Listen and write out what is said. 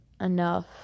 enough